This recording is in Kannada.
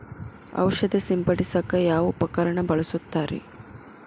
ಔಷಧಿ ಸಿಂಪಡಿಸಕ ಯಾವ ಉಪಕರಣ ಬಳಸುತ್ತಾರಿ?